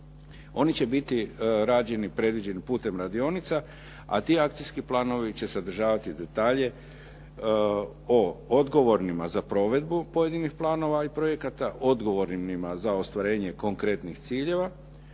Oni će biti rađeni predviđenim putem radionica, a ti akcijski planovi će sadržavati detalje o odgovornima za provedbu pojedinih planova i projekata, odgovornima za ostvarenje konkretnih ciljeva,